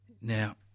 Now